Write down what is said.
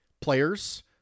players